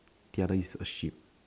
the other is a sheep